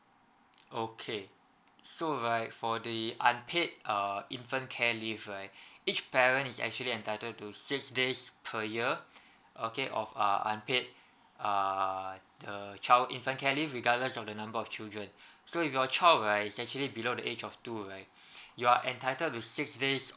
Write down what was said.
okay so right for the unpaid err infant care leave right each parent is actually entitled to six days per year okay of uh unpaid err the child infant care leave regardless of the number of children so if your child where is actually below the age of two right you are entitled to six days